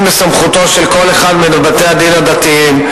בסמכותו של כל אחד מבתי-הדין הדתיים,